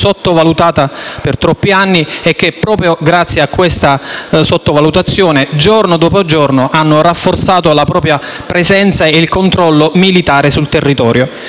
sottovalutata per troppi anni, i quali, proprio grazie a questa sottovalutazione, giorno dopo giorno, hanno rafforzato la propria presenza e il controllo militare sul territorio.